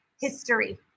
history